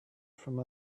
from